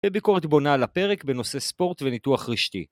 וביקורת בונה על הפרק בנושא ספורט וניתוח רשתי.